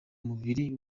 mubiri